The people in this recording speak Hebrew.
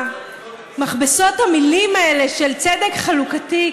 מכבסות המילים האלה של צדק חלוקתי,